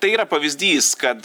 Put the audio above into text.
tai yra pavyzdys kad